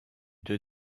deux